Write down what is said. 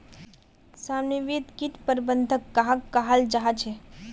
समन्वित किट प्रबंधन कहाक कहाल जाहा झे?